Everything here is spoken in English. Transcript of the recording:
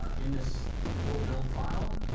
ah in this little build file,